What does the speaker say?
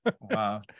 wow